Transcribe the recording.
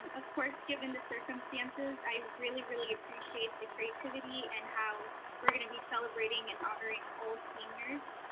and of course, given the circumstances, i really, really appreciate the creativity, and how we're gonna be celebrating and honoring all seniors,